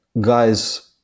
guys